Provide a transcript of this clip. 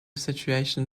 situation